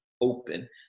open